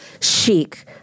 chic